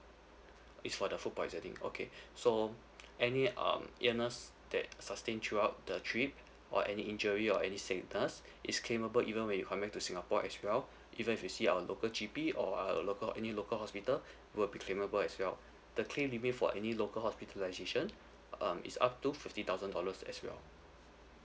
it's for the food poisoning okay so any um illness that sustain throughout the trip or any injury or any sickness is claimable even when you come back to singapore as well even if you see our local G_P or our local any local hospital will be claimable as well the claim limit for any local hospitalisation um is up to fifty thousand dollars as well